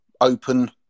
open